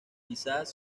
quizás